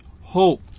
hope